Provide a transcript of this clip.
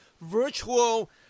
virtual